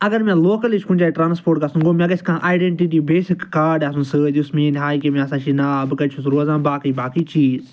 اگر مےٚ لوکَل ہِش کُنہِ جایہِ ٹرانَسپورٹ گژھُن گوٚو مےٚ گژھِ کانٛہہ آیڈَنٹِٹی بٮ۪سِک کارڈ آسُن سۭتۍ یُس میٲنۍ ہایہِ کہ مےٚ ہسا چھِ یہِ ناو بہٕ کَتہِ چھُس روزان باقٕے باقٕے چیٖز